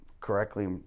correctly